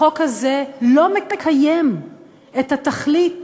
החוק הזה לא מקיים את התכלית